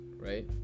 right